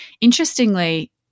interestingly